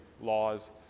laws